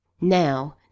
now